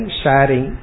sharing